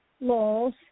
laws